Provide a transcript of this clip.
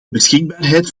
beschikbaarheid